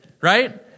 right